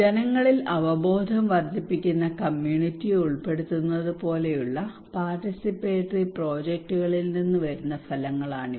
ജനങ്ങളിൽ അവബോധം വർദ്ധിപ്പിക്കുന്ന കമ്മ്യൂണിറ്റിയെ ഉൾപ്പെടുത്തുന്നത് പോലെയുള്ള പാർട്ടിസിപ്പേറ്ററി പ്രോജക്ടുകളിൽ നിന്ന് വരുന്ന ഫലങ്ങളാണിവ